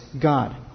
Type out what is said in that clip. God